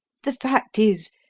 the fact is,